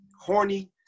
Horny